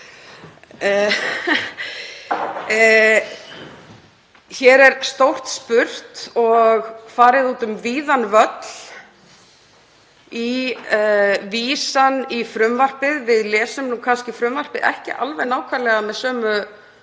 Hér er stórt spurt og farið um víðan völl í vísan í frumvarpið. Við lesum kannski frumvarpið ekki nákvæmlega með sama